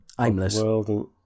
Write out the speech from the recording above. Aimless